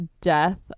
death